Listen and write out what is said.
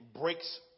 breaks